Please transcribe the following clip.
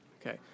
Okay